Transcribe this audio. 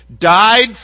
died